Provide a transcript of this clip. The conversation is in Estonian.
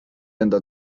enda